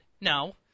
no